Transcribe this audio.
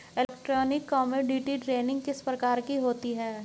Electronic commodity trading किस प्रकार होती है?